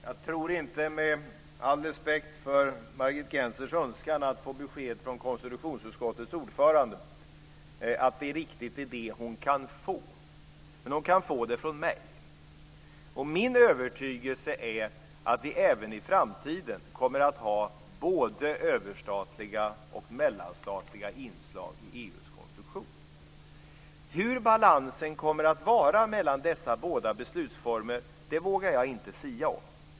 Fru talman! Med all respekt för Margit Gennsers önskan om att få besked från konstitutionsutskottets ordförande tror jag inte att det riktigt är det som hon kan få. Men hon kan få besked från mig. Min övertygelse är att vi även i framtiden kommer att ha både överstatliga och mellanstatliga inslag i EU:s konstitution. Hur balansen kommer att vara mellan dessa båda beslutsformer vågar jag inte sia om.